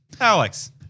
Alex